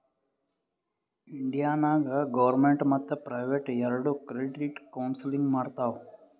India ನಾಗ್ government ಮತ್ತ private ಎರೆಡು ಕ್ರೆಡಿಟ್ ಕೌನ್ಸಲಿಂಗ್ ಮಾಡ್ತಾವ್